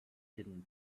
hidden